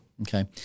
Okay